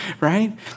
right